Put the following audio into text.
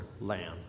lamb